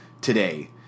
today